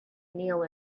kneel